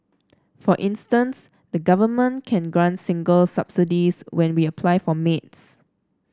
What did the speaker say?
for instance the Government can grant singles subsidies when we apply for maids